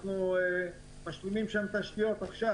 אנחנו משלימים שם תוכניות עכשיו,